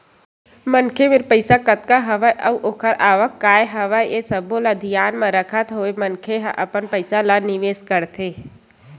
मनखे मेर पइसा कतका हवय अउ ओखर आवक काय हवय ये सब्बो ल धियान म रखत होय मनखे ह अपन पइसा ल निवेस करथे